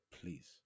please